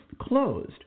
closed